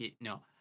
no